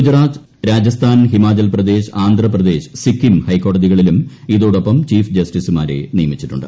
ഗുജറാത്ത് രാജസ്ഥാൻ ഹിമാചൽപ്രദേശ് ആന്ധ്രാപ്രദേശ് സിക്കിം ഹൈക്കോടതികളിലും ഇതോടൊപ്പം ചീഫ് ജസ്റ്റിസുമാരെ നിയമിച്ചിട്ടുണ്ട്